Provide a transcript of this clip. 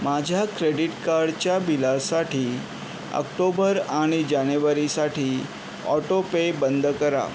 माझ्या क्रेडीट कार्डच्या बिलासाठी आक्टोबर आणि जानेवारीसाठी ऑटोपे बंद करा